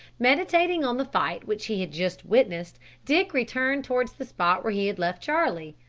meditating on the fight which he had just witnessed, dick returned towards the spot where he had left charlie,